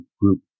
group